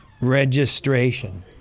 registration